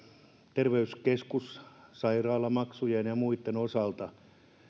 terveyskeskus ja sairaalamaksujen ja muitten osalta